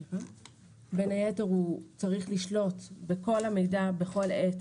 בין היתר הוא צריך לשלוט בכל המידע בכל עת